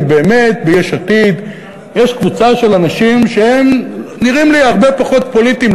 כי באמת ביש עתיד יש קבוצה של אנשים שנראים לי הרבה פחות פוליטיים.